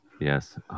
Yes